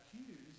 accused